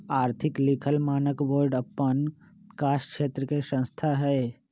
आर्थिक लिखल मानक बोर्ड अप्पन कास क्षेत्र के संस्था हइ